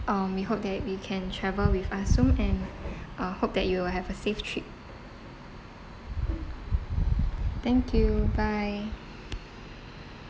um we hope that you can travel with us soon and uh hope that you will have a safe trip thank you bye